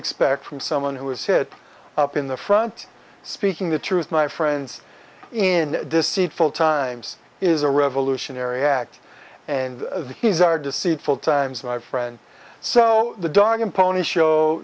expect from someone who was hit up in the front speaking the truth my friends in deceitful times is a revolutionary act and he's our deceitful times my friend so the dog and pony show